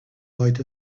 light